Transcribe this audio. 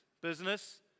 business